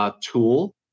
tool